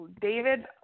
David